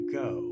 go